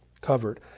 covered